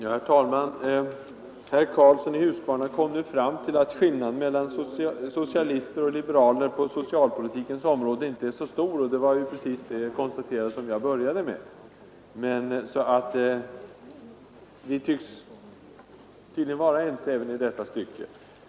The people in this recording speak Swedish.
Herr talman! Herr Karlsson i Huskvarna kom nu fram till att skillnaden mellan socialister och liberaler på socialpolitikens område inte är så stor, och det var precis det konstaterandet som jag började med. Vi tycks alltså vara ense även i detta stycke.